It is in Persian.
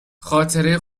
خاطره